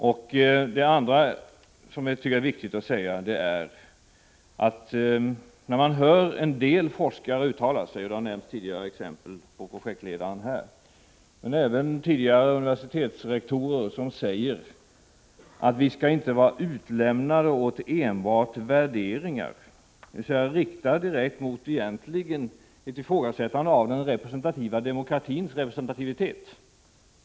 Vidare tycker jag det är viktigt att säga att man blir litet bestört när man hör en del forskare — jag nämnde tidigare projektledaren — och även f.d. universitetsrektorer säga att vi inte skall vara utlämnade åt enbart värderingar, dvs. att rikta sig direkt mot ifrågasättandet av den representativa demokratins representativitet.